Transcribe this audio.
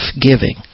giving